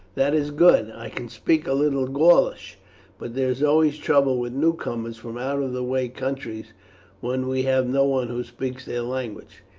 that is good. i can speak a little gaulish but there is always trouble with newcomers from out of the way countries when we have no one who speaks their language.